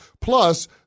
Plus